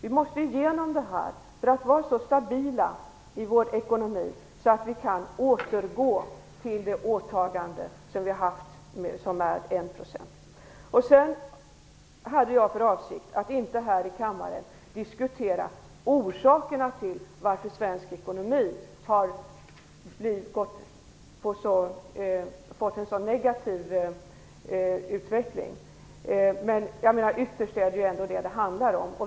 Vi måste komma igenom detta för att bli så stabila i vår ekonomi att vi kan återgå till det tidigare åtagandet om 1 %. Jag hade för avsikt att inte här i kammaren diskutera orsakerna till varför svensk ekonomi har fått en sådan negativ utveckling. Ytterst är detta ändå vad det hela handlar om.